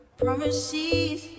promises